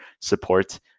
support